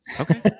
okay